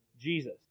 Jesus